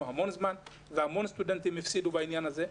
המון זמן והמון סטודנטים הפסידו בעניין הזה.